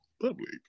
public